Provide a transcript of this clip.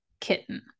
kitten